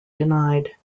denied